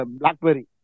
blackberry